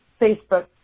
Facebook